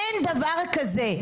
אין דבר כזה.